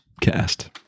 cast